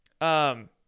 Um-